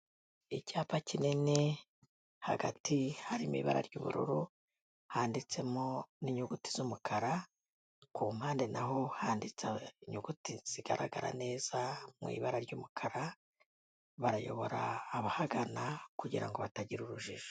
Icyapa kinini, hagati harimo ibara ry'ubururu, handitsemo n'inyuguti z'umukara, ku mpande naho handitse inyuguti zigaragara neza mu ibara ry'umukara, barayobora abahagana kugira ngo batagira urujijo.